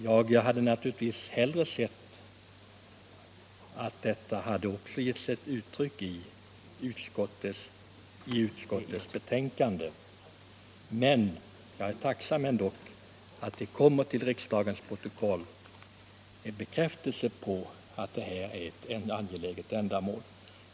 Jag hade naturligtvis hellre sett att detta också kommit till uttryck i utskottets betänkande, men jag är ändå tacksam att det till riksdagens protokoll kommer en bekräftelse på att det här är angelägna ändamål.